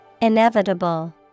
Inevitable